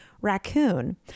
raccoon